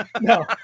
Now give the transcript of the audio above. No